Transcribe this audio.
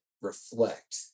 reflect